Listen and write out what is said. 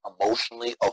emotionally